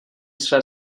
své